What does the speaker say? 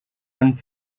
and